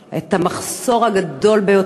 את המחסור הגדול ביותר,